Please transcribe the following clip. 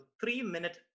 three-minute